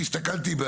אני הסתכלתי,